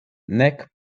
nek